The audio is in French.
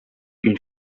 une